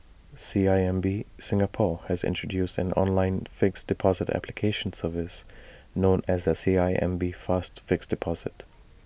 C I M B Singapore has introduced an online fixed deposit application service known as the C I M B fast fixed deposit